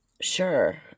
sure